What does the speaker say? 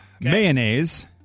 mayonnaise